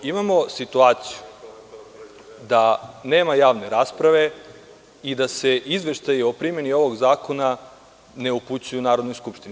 Imamo situaciju da nema javne rasprave i da se izveštaji o primeni ovog zakona ne upućuju Narodnoj skupštini.